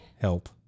Help